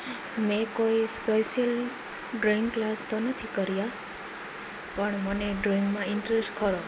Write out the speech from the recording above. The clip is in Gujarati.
મેં કોઈ સ્પેશિયલ ડ્રોઈંગ ક્લાસ તો નથી કર્યા પણ મને ડ્રોઈંગમાં ઇન્ટરેસ્ટ ખરો